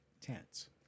tents